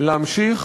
להמשיך